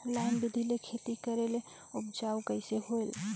Line बिधी ले खेती करेले उपजाऊ कइसे होयल?